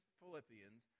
Philippians